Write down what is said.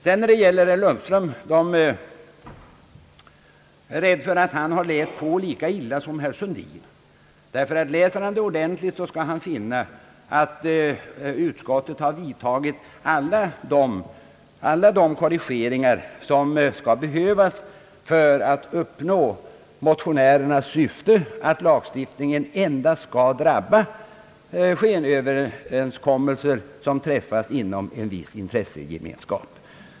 Jag är rädd för att herr Lundström har läst handlingarna i ärendet lika illa som herr Sundin. Om han läser dem ordentligt skall han finna att utskottet har vidtagit alla de korrigeringar som behövs för att uppnå motionärernas syfte, nämligen att lagstiftningen endast skall drabba skenaffärer som görs upp inom en viss intressegemenskap.